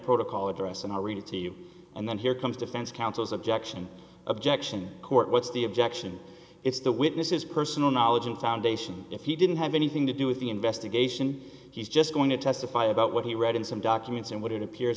protocol address and i'll read it to you and then here comes defense counsel's objection objection court what's the objection if the witness is personal knowledge and foundation if he didn't have anything to do with the investigation he's just going to testify about what he read in some documents and what it appears